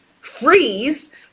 freeze